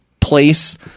place